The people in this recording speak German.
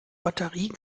batterie